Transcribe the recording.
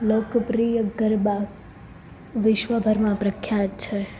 લોકપ્રિય ગરબા વિશ્વભરમાં પ્રખ્યાત છે